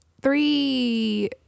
three